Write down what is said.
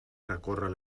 recórrer